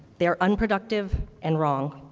they are unproductive and wrong.